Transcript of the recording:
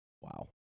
wow